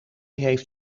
heeft